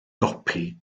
gopi